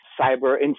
cyber